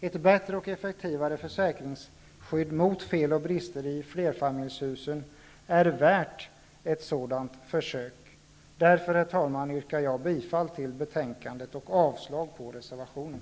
Ett bättre och effektivare försäkringsskydd mot fel och brister i flerfamiljshusen är värt ett sådant försök. Herr talman! Jag yrkar bifall till hemställan i betänkandet och avslag på reservationen.